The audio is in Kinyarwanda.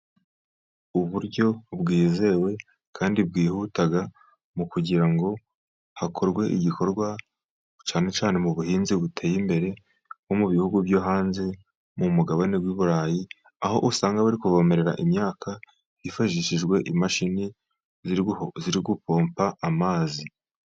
Uburyo bwizewe kandi bwihuta mu kugira ngo hakorwe igikorwa cyane cyane mu buhinzi buteye imbere. Nko mu bihugu byo hanze, mu mugabane w'i Burayi, aho usanga bari kuvomerera imyaka hifashishijwe imashini ziri gupompa amazi.